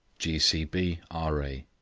g c b, r a.